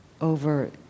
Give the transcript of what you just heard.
over